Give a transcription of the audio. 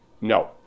No